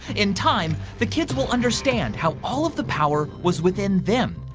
in time, the kids will understand how all of the power was within them,